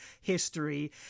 history